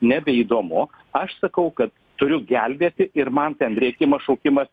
nebeįdomu aš sakau kad turiu gelbėti ir man ten rėkimas šaukimas